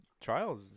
trials